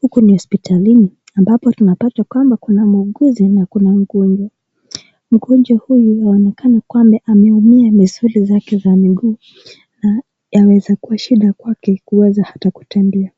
Huku ni hospitalini ambapo tunapata kwamba kuna muuguzi na kuna mgonjwa. Mgonjwa huyu inaonekana kwamba ameumia misuli zake za miguu na yawezakuwa shida kwake kuweza ata kutembea.